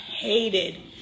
Hated